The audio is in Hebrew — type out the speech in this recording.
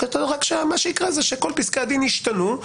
רק מה שיקרה שכל פסקי הדין ישתנו,